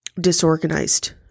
disorganized